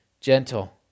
gentle